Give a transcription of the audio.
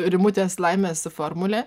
rimutės laimės formulė